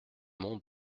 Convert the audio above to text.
monts